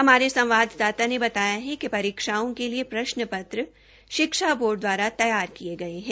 हमारे संवाददाता ने बताया कि परीक्षाओ के लिए प्रश्न पत्र शिक्षा बोर्ड दवारा तैयार किए गये है